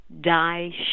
die